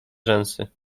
rzęsy